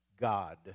God